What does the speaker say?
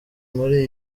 muri